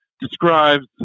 describes